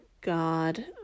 God